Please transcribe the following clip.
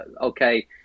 okay